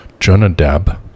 Jonadab